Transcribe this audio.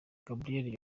gabrielle